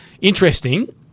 Interesting